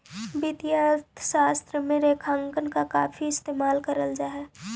वित्तीय अर्थशास्त्र में रेखांकन का काफी इस्तेमाल करल जा हई